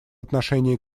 отношении